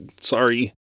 Sorry